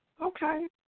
Okay